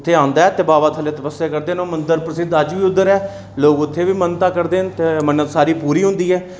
उत्थै औंदा ऐ ते बाबा थल्लै तपस्या करदे हे ओह् मंदर प्रसिद्ध अज्ज बी उद्धर ऐ लोक उत्थै गै मन्नतां करदे ऐ पूरी होंदी ऐ ओह् बड़ा